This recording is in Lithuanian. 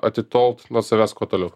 atitolt nuo savęs kuo toliau